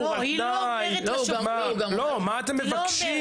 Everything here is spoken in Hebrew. היא לא אומרת --- מה אתם מבקשים?